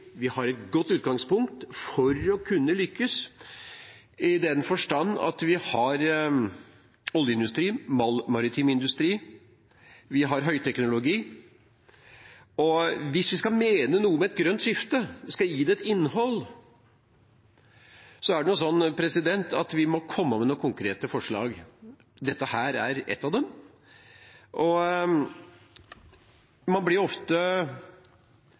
vi har et godt utgangspunkt for å kunne lykkes i den forstand at vi har oljeindustri, vi har maritim industri, og vi har høyteknologi. Og hvis vi skal mene noe om et grønt skifte, gi det et innhold, må vi komme med noen konkrete forslag. Dette er ett av dem. Man blir ofte